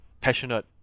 passionate